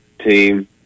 team